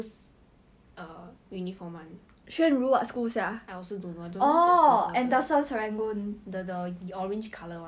I don't know lah 万一他们分手他一定会后悔 lor 讲真的 he confirm will 后悔